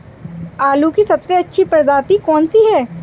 आलू की सबसे अच्छी प्रजाति कौन सी है?